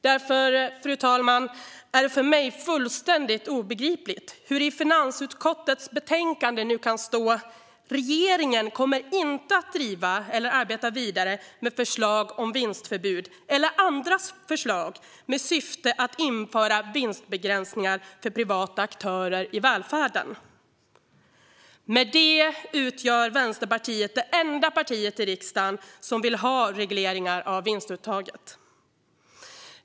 Därför, fru talman, är det för mig fullständigt obegripligt hur det i finansutskottets betänkande kan stå: "Regeringen kommer inte att driva eller arbeta vidare med förslag om vinstförbud eller andra förslag med syftet att införa vinstbegränsningar för privata aktörer i välfärden." Därmed utgör Vänsterpartiet det enda partiet i riksdagen som vill ha regleringar av vinstuttag.